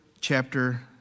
chapter